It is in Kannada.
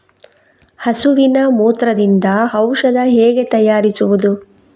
ಹಸುವಿನ ಮೂತ್ರದಿಂದ ಔಷಧ ಹೇಗೆ ತಯಾರಿಸುವುದು?